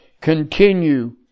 continue